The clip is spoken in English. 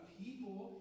people